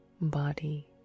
body